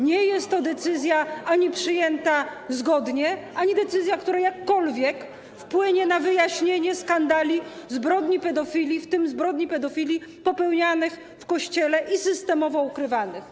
Nie jest to ani decyzja przyjęta zgodnie, ani decyzja, która jakkolwiek wpłynie na wyjaśnienie skandali zbrodni pedofilii, w tym zbrodni pedofilii popełnianych w Kościele i systemowo ukrywanych.